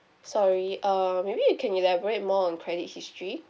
sorry um maybe you can elaborate more on credit history